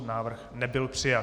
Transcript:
Návrh nebyl přijat.